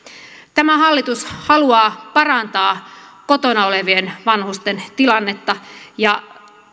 tämä hallitus haluaa parantaa kotona olevien vanhusten tilannetta ja